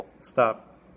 stop